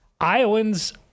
iowans